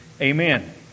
Amen